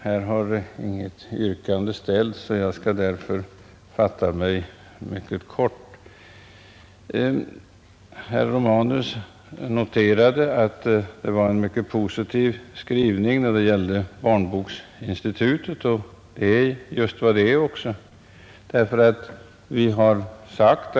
Herr talman! Inget yrkande har här ställts, och därför kan jag nu fatta mig mycket kort. Herr Romanus noterade att utskottets skrivning när det gäller Svenska barnboksinstitutet är mycket positiv, och det är alldeles riktigt.